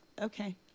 Okay